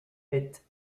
est